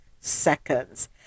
seconds